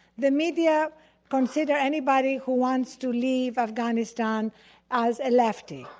the media consider anybody who wants to leave afghanistan as a lefty.